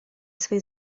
свои